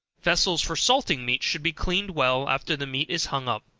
vessels for salting meat should be cleaned well after the meat is hung up,